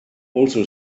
also